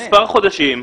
מספר חודשים.